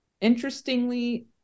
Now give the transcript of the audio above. interestingly